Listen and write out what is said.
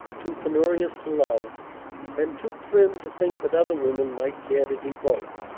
too penurious to love and too prim to think that other women might care to do both.